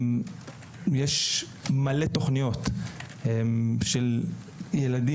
אני רוצה לשמוע על הפרויקט שלכם, של מרכז הטניס